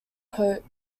hope